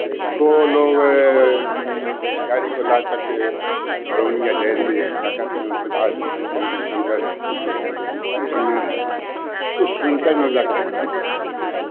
को लोग गाज़ीपुर लादकर के बरौनी या डेयरी है क्या कहते हैं वो सुधा कौन कौन सेंटर है कम्पनियाँ है उस सेंटर में जाके पहुँचाते हैं